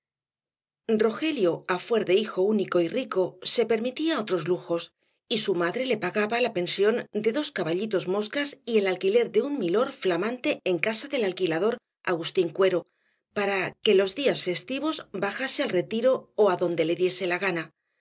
rogelio á fuer de hijo único y rico se permitía otros lujos y su madre le pagaba la pensión de dos caballitos moscas y el alquiler de un milor flamante en casa del alquilador agustín cuero para que los días festivos bajase al retiro ó adonde le diese la gana